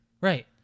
Right